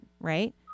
Right